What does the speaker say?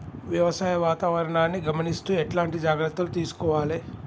వ్యవసాయ వాతావరణాన్ని గమనిస్తూ ఎట్లాంటి జాగ్రత్తలు తీసుకోవాలే?